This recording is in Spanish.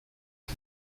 sus